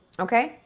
okay?